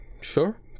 sure